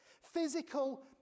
Physical